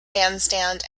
bandstand